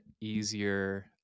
easier